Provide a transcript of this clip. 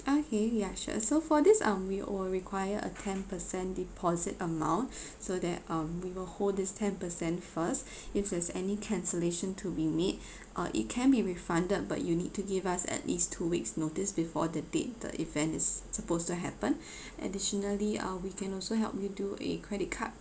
okay yeah sure so for this um we will require a ten percent deposit amount so that um we will hold this ten percent first if there's any cancellation to be made uh it can be refunded but you need to give us at least two weeks notice before the date the event is supposed to happen additionally uh we can also help you do a credit card